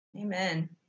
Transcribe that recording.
amen